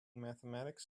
mathematics